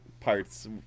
parts